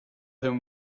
him